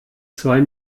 zwei